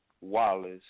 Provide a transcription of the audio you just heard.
Wallace